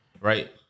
Right